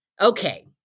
Okay